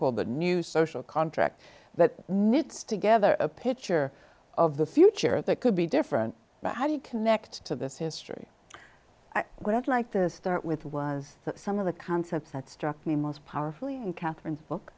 called a new social contract that mutes together a picture of the future that could be different but how do you connect to this history what i'd like to start with was some of the concepts that struck me most powerfully catherine book